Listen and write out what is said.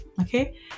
Okay